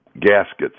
gaskets